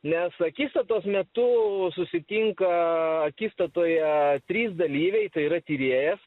nes akistatos metu susitinka akistatoje trys dalyviai tai yra tyrėjas